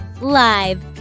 live